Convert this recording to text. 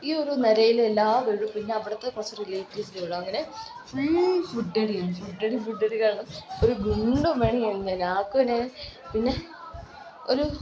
ഈ ഒരു നിരയിലെ എല്ലാ വീടും പിന്നെ അവിടത്തെ കുറച്ച് റിലേറ്റീവ്സിൻ്റെ വീടും അങ്ങനെ ഫുൾ ഫുഡടി ഫുഡടി ഫുഡടി കാരണം ഒരു ഗുണ്ടുമണി ആയി ഞാൻ ആർക്കും എന്നെ പിന്നെ ഒരു